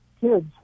kids